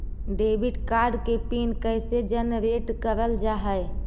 Debit card के PIN कैसे generate करल जाहै?